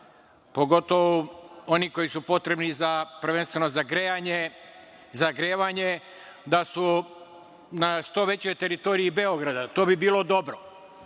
pogotovo onih koji su potrebni prvenstveno za grejanje, za zagrevanje da su na što većoj teritoriji Beograda. To bi bilo dobro